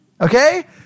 Okay